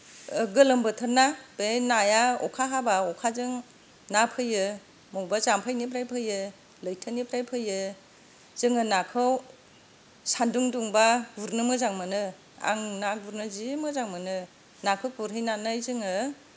गोलोम बोथोरना बेहाय नाया अखा हाब्ला अखाजों ना फैयो मबेबा जाम्फैनिफ्राय फैयो लैथोनिफ्राय फैयो जोङो नाखौ सान्दुं दुंबा गुरनो मोजां मोनो आं ना गुरनो जि मोजां मोनो नाखौ गुरहैनानै जोङो